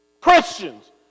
Christians